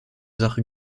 sache